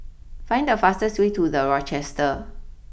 find the fastest way to the Rochester